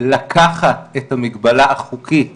לקחת את המגבלה החוקית